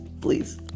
please